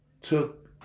took